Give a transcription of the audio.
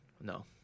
No